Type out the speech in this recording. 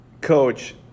Coach